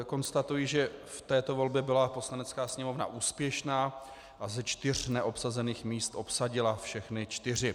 Konstatuji, že v této volbě byla Poslanecká sněmovna úspěšná a ze čtyř neobsazených míst obsadila všechny čtyři.